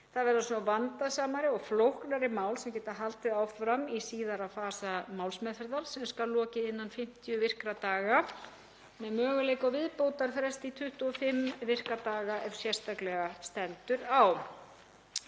Það verða svo vandasamari og flóknari mál sem geta haldið áfram í síðari fasa málsmeðferðar sem skal lokið innan 50 virkra daga með möguleika á viðbótarfresti í 25 virka daga ef sérstaklega stendur á.